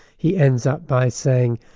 he ends up by saying,